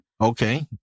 Okay